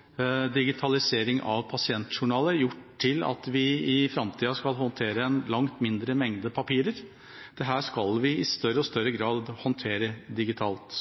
digitalisering av papirer og digitalisering av pasientjournaler, har gjort at vi i framtida skal håndtere en langt mindre mengde papirer. Det skal vi i større og større grad håndtere digitalt.